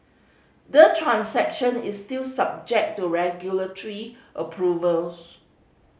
the transaction is still subject to regulatory approvals